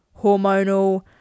hormonal